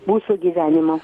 mūsų gyvenimo